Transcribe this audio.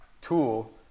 tool